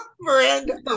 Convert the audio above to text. Miranda